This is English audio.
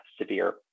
severe